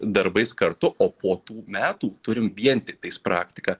darbais kartu o po tų metų turim vien tiktais praktiką